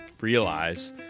realize